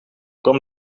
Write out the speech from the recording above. kwam